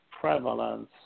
prevalence